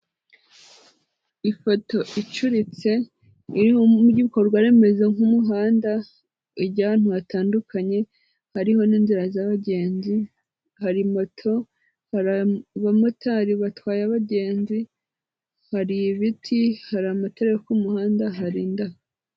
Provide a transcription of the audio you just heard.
Ifoto icuritse, irimo ibikorwa remezo nk'umuhanda, ijya ahantu hatandukanye hariho n'inzira z'abagenzi, hari moto, abamotari batwaye abagenzi, hari ibiti, hari amatara yo kumuhanda hari indabo.